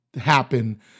happen